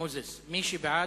ההצעה להעביר את הנושא